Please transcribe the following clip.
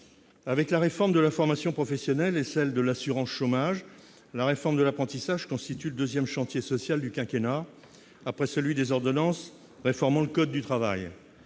Avec la réforme de la formation professionnelle et celle de l'assurance chômage, la réforme de l'apprentissage constitue le deuxième chantier social du quinquennat, après celui des ordonnances réformant le code du travail.